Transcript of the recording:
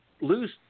lose